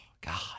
God